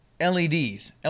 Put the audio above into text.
LEDs